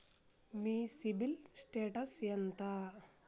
మీ CIBIL status ఎంత?